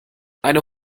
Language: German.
eine